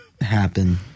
happen